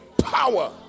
Power